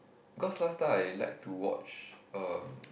cause last time I like to watch uh